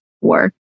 work